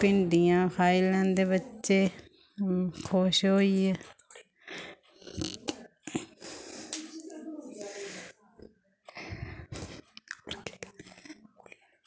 भिंडियां खाई लैंदे बच्चे खुश होइयै